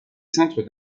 centres